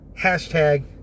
hashtag